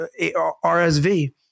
RSV